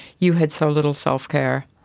you had so little self-care,